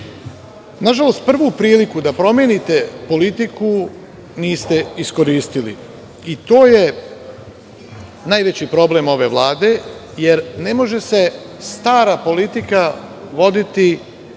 stanje. Nažalost, prvu priliku da promenite politiku niste iskoristili i to je najveći problem ove vlade, jer ne može se stara politika voditi sa novim